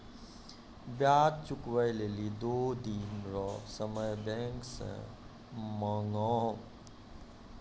ब्याज चुकबै लेली दो दिन रो समय बैंक से मांगहो